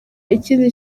ikindi